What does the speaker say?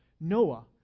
Noah